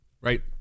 Right